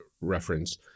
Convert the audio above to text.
reference